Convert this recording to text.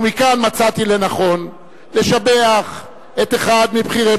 ומכאן מצאתי לנכון לשבח את אחד מבכירי